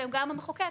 וגם המחוקק